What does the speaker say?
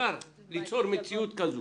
אפשר ליצור מציאות כזו.